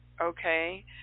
okay